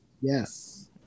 Yes